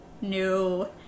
no